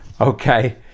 Okay